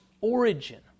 origin